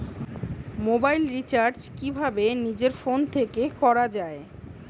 Mobile recharge কিভাবে নিজের phone থেকে করা য়ায়?